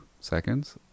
seconds